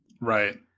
Right